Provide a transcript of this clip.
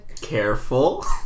Careful